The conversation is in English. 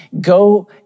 Go